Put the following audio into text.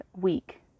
week